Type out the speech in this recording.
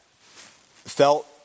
felt